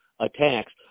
attacks